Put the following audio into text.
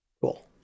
Cool